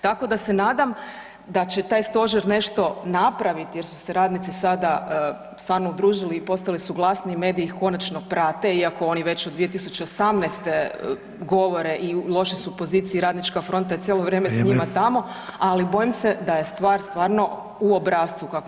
Tako da se nadam da će taj stožer nešto napraviti jer su se radnici sada stvarno udružili i postali su glasni i mediji ih konačno prate iako oni već od 2018. govore i u lošoj su poziciji, Radnička fronta je cijelo vrijeme s njima tamo [[Upadica: Vrijeme.]] ali bojim se da se stvar stvarno u obrascu, kako